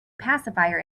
pacifier